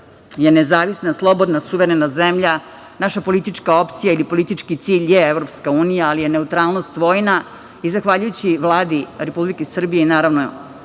je nezavisna, slobodna, suverena zemlja. Naša politička opcija ili politički cilj je EU, ali je neutralnost vojna i zahvaljujući Vladi Republike Srbije i naravno